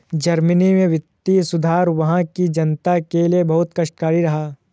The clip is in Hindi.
जर्मनी में वित्तीय सुधार वहां की जनता के लिए बहुत कष्टकारी रहा